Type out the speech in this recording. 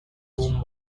room